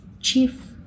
Chief